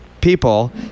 people